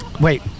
Wait